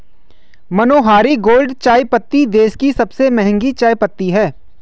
मनोहारी gold चायपत्ती देश की सबसे महंगी चायपत्ती है